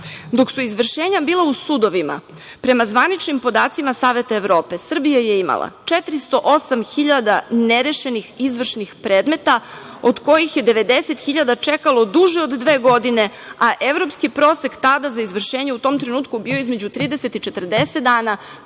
Dok su izvršenja bila u sudovima, prema zvaničnim podacima Saveta Evrope, Srbija je imala 408.000 nerešenih izvršnih predmeta, od kojih je 90.000 čekalo duže od dve godine, a evropski prosek tada za izvršenje u tom trenutku bio je između 30 i 40 dana.